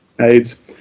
aids